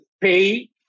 pay